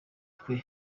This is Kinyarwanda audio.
twe